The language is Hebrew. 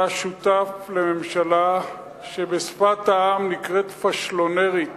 אתה שותף לממשלה שבשפת העם נקראת פאשלונרית